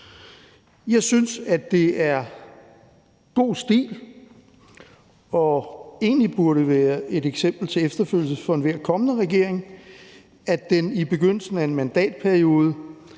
Jeg synes, at det er god stil, og at det egentlig burde være et eksempel til efterfølgelse for enhver kommende regering, at den i begyndelsen af en mandatperiode